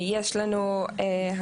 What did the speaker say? יש לנו השנה,